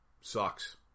Sucks